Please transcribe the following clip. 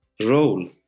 role